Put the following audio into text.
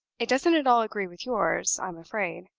it doesn't at all agree with yours, i'm afraid.